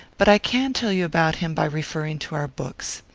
but i can tell you about him by referring to our books.